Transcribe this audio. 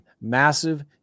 massive